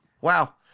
Wow